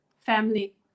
Family